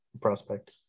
prospect